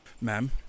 Ma'am